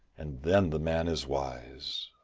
and then the man is wise.